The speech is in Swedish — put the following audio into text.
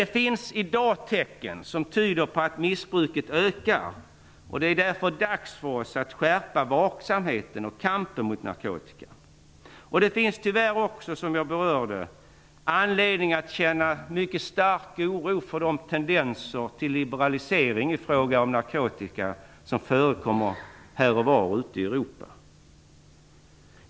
Det finns i dag tecken som tyder på att missbruket ökar. Det är därför dags för oss att skärpa vaksamheten och kampen mot narkotika. Det finns som jag berörde tyvärr också anledning att känna mycket stark oro för de tendenser till liberalisering i fråga om narkotika som förekommer här och var ute i Europa.